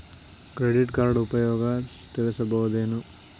Credit card ಉಪಯೋಗ ತಿಳಸಬಹುದೇನು?